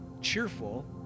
cheerful